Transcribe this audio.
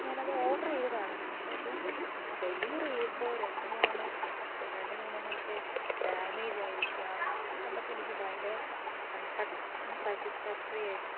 ഞാനത് ഓർഡർ ചെയ്തതാണ് പക്ഷെ അത് ഡെലിവറി ചെയ്യപ്പോൾ രണ്ടു മൂന്നെണ്ണം ഇപ്പോൾ രണ്ട് മൂന്നെണ്ണമൊക്കെ ഡാമേജ് ആയിരിക്കുകയാ ഒക്കെ കണ്ടപ്പോൾ എനിക്ക് ഭയങ്കര അൻസാറ്റിസ്ഫാക്റ്ററി ആയിരുന്നു